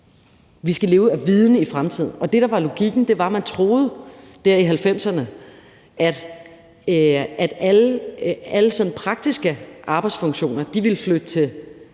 vi skal leve af viden i fremtiden. Det, der var logikken, var, at man der i 1990'erne troede, at alle praktiske arbejdsfunktioner ville flytte til